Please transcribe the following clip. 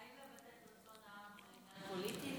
האם לבטא את רצון העם זה עניין פוליטי?